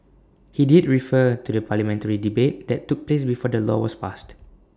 he did refer to the parliamentary debate that took place before the law was passed